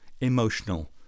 emotional